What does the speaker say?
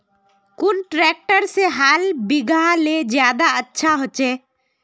कुन ट्रैक्टर से हाल बिगहा ले ज्यादा अच्छा होचए?